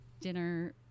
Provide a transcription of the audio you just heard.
Dinner